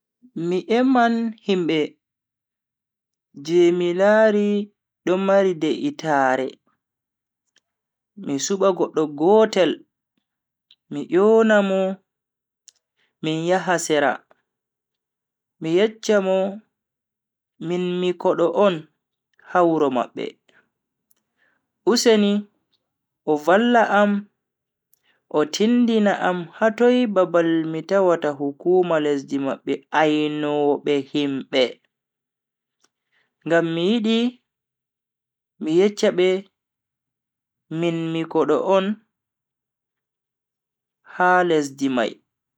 Mi eman himbe je mi lari do mari de'itaare, mi suba goddo gotel mi yona mo min yaha sera mi yeccha mo min mi kodo on ha wuro mabbe, useni o valla am o tindina am hatoi babal mi tawata hukuma lesdi mabbe ainobe himbe, ngam mi yidi mi yeccha be min mi kodo on ha lesdi mai.